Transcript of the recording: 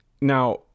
Now